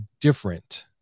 different